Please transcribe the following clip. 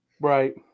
right